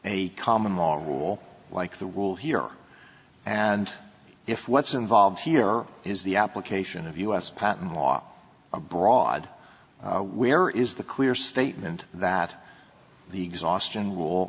a common law rule like the rule here and if what's involved here is the application of u s patent law abroad where is the clear statement that the exhaustion rule